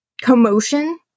commotion